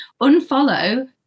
unfollow